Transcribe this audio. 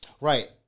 Right